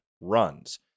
runs